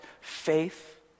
faith